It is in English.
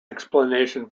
explanation